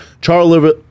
Charles